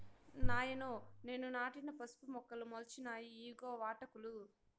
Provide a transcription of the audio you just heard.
నాయనో నేను నాటిన పసుపు మొక్కలు మొలిచినాయి ఇయ్యిగో వాటాకులు